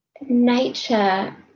nature